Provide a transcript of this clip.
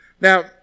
Now